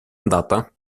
andata